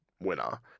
winner